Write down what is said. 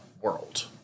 world